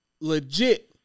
legit